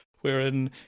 Wherein